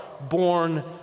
born